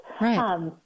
Right